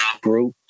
group